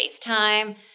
FaceTime